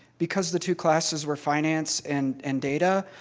because the two classes were finance and and data,